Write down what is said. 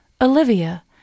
Olivia